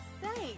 Thanks